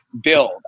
build